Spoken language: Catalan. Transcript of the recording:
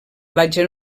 platja